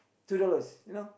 two dollars